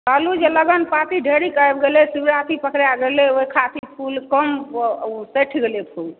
कहलहुॅं जे लगन पार्टी ढेरिक आबि गेलै शिवराति पकड़ा गेलै ओहि ख़ातिर फूल कम घटि गेलै फूल